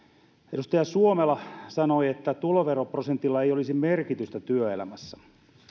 edustaja suomela sanoi että tuloveroprosentilla ei olisi merkitystä työelämässä